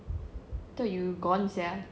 thought you were gone sia